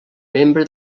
membre